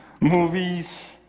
movies